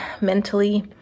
mentally